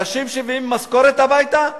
אנשים שמביאים משכורת הביתה,